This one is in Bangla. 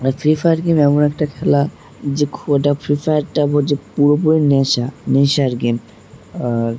আর ফ্রি ফায়ার গেম এমন একটা খেলা যে ওটা ফ্রি ফায়ারটা বল যে পুরোপুরি নেশা নেশার গেম আর